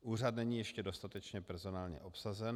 Úřad není ještě dostatečně personálně obsazen.